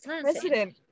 president